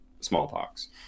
smallpox